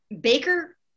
Baker